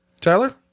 Tyler